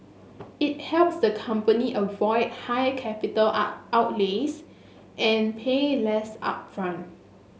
it helps the company avoid high capital outlays and pay less upfront